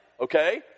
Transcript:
Okay